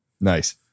Nice